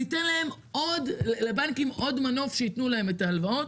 ניתן לבנקים עוד מנוף שייתנו לעסקים הלוואות,